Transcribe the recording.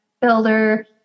builder